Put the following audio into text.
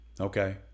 okay